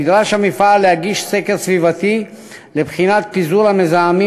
נדרש המפעל להגיש סקר סביבתי לבחינת פיזור המזהמים